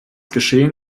geschehen